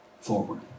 forward